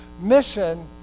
Mission